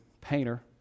painter